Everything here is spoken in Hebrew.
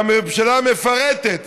והממשלה מפרטת,